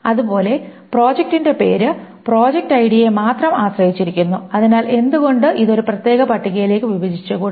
അതുപോലെ പ്രോജക്റ്റിന്റെ പേര് പ്രോജക്റ്റ് ഐഡിയെ മാത്രം ആശ്രയിച്ചിരിക്കുന്നു അതിനാൽ എന്തുകൊണ്ട് ഇത് ഒരു പ്രത്യേക പട്ടികയിലേക്ക് വിഭജിച്ചുകൂടാ